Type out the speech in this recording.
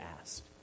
asked